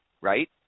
right